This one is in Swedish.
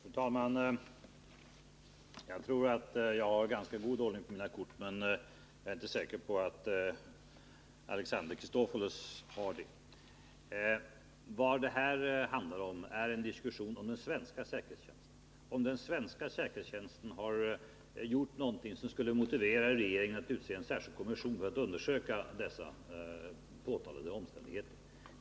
Fru talman! Jag tror att jag har ganska god ordning på mina kort, men jag är inte säker på att Alexander Chrisopoulos har det. Denna diskussion handlar om huruvida den svenska säkerhetstjänsten gjort någonting som motiverar regeringen att utse en särskild kommission för att undersöka dessa påtalade omständigheter.